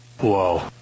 Whoa